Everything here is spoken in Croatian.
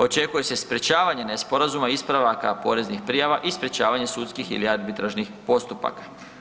Očekuje se sprječavanje nesporazuma, ispravaka poreznih prijava i sprječavanje sudskih ili arbitražnih postupaka.